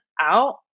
out